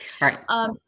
right